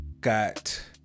got